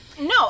No